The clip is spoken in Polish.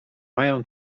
mają